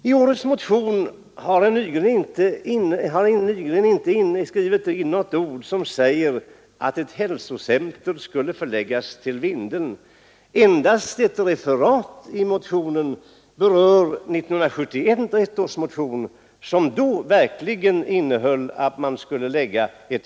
I årets motion har herr Nygren inte inskrivit något ord om att ett hälsocenter skulle förläggas till Vindeln. Endast ett referat i motionen berör 1971 års motion, som verkligen innehöll en sådan begäran.